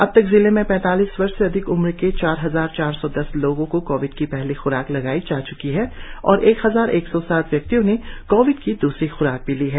अब तक जिले में पैतालीस वर्ष से अधिक उम्र के चार हजार चार सौ दस लोगों को कोविड की पहली ख्राक लगाई जा चकी है और एक हजार एक सौ सात व्यक्तियों ने कोविड दूसरी ख्राक भी ले ली है